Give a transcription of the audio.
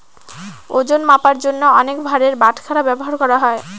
ওজন মাপার জন্য অনেক ভারের বাটখারা ব্যবহার করা হয়